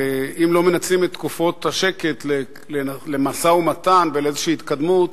ואם לא מנצלים את תקופות השקט למשא-ומתן ולאיזושהי התקדמות,